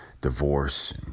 divorce